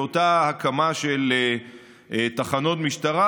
לאותה הקמה של תחנות משטרה.